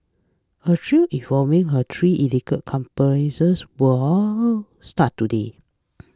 a trial involving her three alleged accomplices will all start today